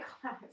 class